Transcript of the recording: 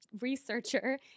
researcher